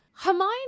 Hermione